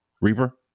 Reaper